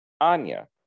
Anya